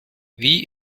wie